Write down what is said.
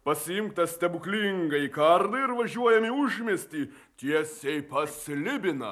pasiimk tą stebuklingąjį kardą ir važiuojam į užmiestį tiesiai pas slibiną